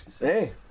hey